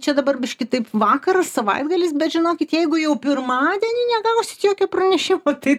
čia dabar biškį taip vakaras savaitgalis bet žinokit jeigu jau pirmadienį negavusit jokio pranešimo tai